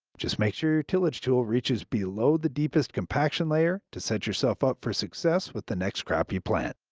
just make sure your tillage tool reaches below the deepest compaction layer to set yourself up for success with the next crop you plant.